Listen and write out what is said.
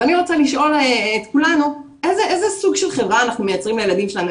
ואני רוצה לשאול את כולנו איזה סוג של חברה אנחנו מייצרים לילדים שלנו,